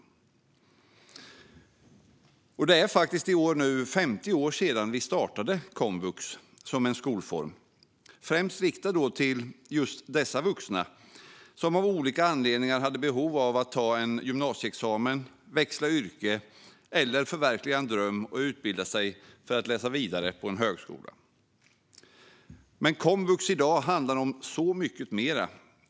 I år är det faktiskt 50 år sedan vi startade komvux som en skolform, främst riktad till just dessa vuxna som av olika anledningar hade behov av att ta en gymnasieexamen, växla yrke eller förverkliga en dröm och utbilda sig för att läsa vidare på högskola. Men komvux i dag handlar om så mycket mer.